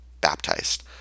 baptized